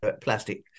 plastic